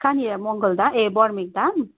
कहाँनिर मङ्गलधा ए बर्मिकधाम